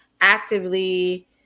actively